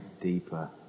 deeper